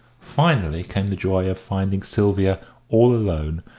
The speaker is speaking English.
finally came the joy of finding sylvia all alone,